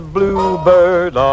Bluebird